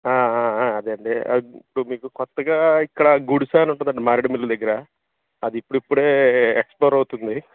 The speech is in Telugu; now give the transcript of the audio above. అదే అండి ఇప్పుడు మీకు కొత్తగా ఇక్కడ గుడిసా అని ఉంటుందండి మారేడుమిల్లు దగ్గర అది ఇప్పుడిప్పుడే ఎక్స్ప్లోర్ అవుతుంది